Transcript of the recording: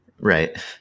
Right